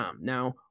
Now